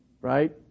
right